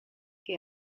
che